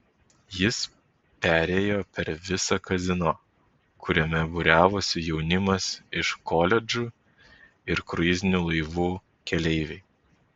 jis perėjo per visą kazino kuriame būriavosi jaunimas iš koledžų ir kruizinių laivų keleiviai